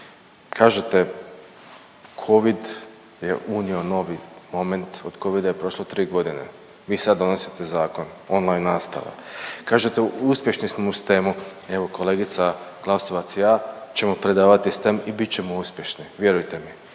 Kažete Covid je unio novi moment, od Covida je prošlo tri godine, vi sad donosite zakon, online nastava. Kažete uspješni smo u STEM-u. Evo kolegica Glasovac i ja ćemo predavati STEM i bit ćemo uspješni, vjerujte mi